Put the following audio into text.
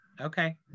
Okay